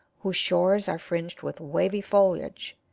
whose shores are fringed with wavy foliage,